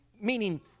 Meaning